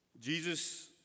Jesus